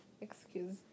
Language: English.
excuse